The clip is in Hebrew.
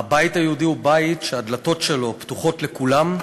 הבית היהודי הוא בית "שהדלתות שלו פתוחות לכולם,